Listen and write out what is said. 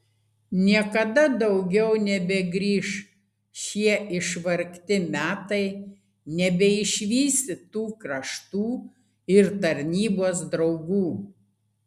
niekada daugiau nebegrįš šie išvargti metai nebeišvysi tų kraštų ir tarnybos draugų